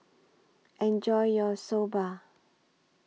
Enjoy your Soba